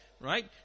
right